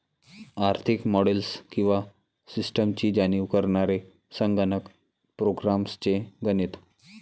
आर्थिक मॉडेल्स किंवा सिस्टम्सची जाणीव करणारे संगणक प्रोग्राम्स चे गणित